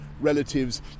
relatives